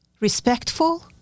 respectful